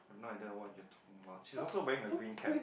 no I don't know what you talking about she also wearing a green cap